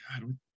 god